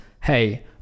hey